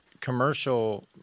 commercial